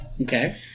Okay